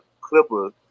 Clippers